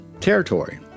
territory